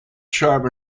sharp